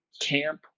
camp